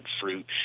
fruit